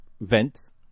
vents